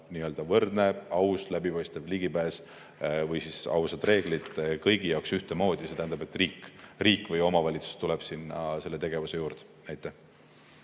olema võrdne, aus, läbipaistev ligipääs, ausad reeglid kõigi jaoks ühtemoodi. See tähendab, et riik või omavalitsus tuleb sinna selle tegevuse juurde.